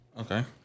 Okay